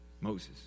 Moses